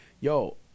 Yo